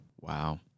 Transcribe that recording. Wow